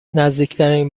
نزدیکترین